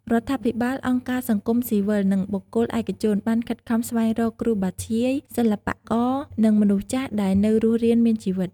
រដ្ឋាភិបាល អង្គការសង្គមស៊ីវិល និងបុគ្គលឯកជន បានខិតខំស្វែងរកគ្រូបាធ្យាយ សិល្បករ និងមនុស្សចាស់ដែលនៅរស់រានមានជីវិត។